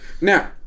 Now